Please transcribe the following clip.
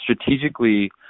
strategically